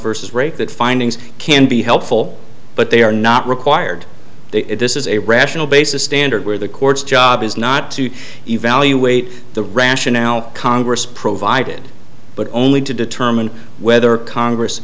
vs rate that findings can be helpful but they are not required it is a rational basis standard where the court's job is not to evaluate the rationale congress provided but only to determine whether congress